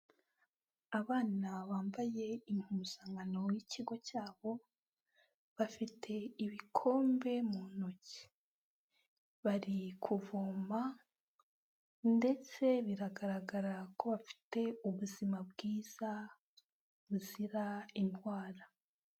Abana bambaye impuzankano y'ikigo cyabo bafite ibikombe mu ntoki, bari kuvoma ndetse biragaragara ko bafite ubuzima bwiza buzira indwara.